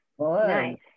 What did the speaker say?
Nice